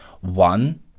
One